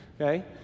okay